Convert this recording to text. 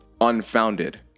unfounded